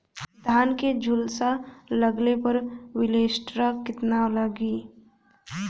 धान के झुलसा लगले पर विलेस्टरा कितना लागी?